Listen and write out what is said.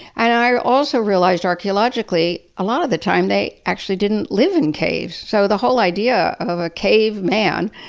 and i a lso realized, archaeologically, a lot of the time they actua lly didn't live in caves. so the whole idea of a cave man,